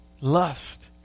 Lust